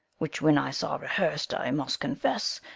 which when i saw rehears'd, i must confess,